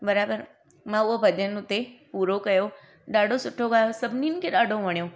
बराबरि मां उहो भॼन हुते पूरो कयो ॾाढो सुठो गायो सभिनीनि खे ॾाढो वणियो